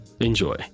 Enjoy